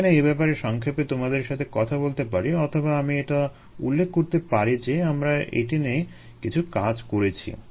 এখানে এ ব্যাপারে সংক্ষেপে তোমাদের সাথে কথা বলতে পারি অথবা আমি এটা উল্লেখ করতে পারি যে আমরা এটা নিয়ে কিছু কাজ করেছি